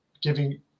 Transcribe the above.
giving